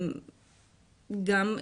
בנוסף,